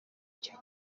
icyo